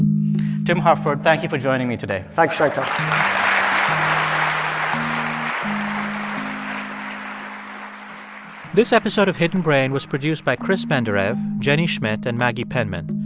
tim harford, thank you for joining me today thanks, shankar um this episode of hidden brain was produced by chris benderev, jenny schmidt and maggie penman.